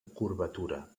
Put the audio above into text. curvatura